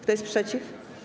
Kto jest przeciw?